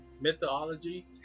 Mythology